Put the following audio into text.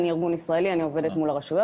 אני ארגון ישראלי ואני עובדת מול הרשויות